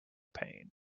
pain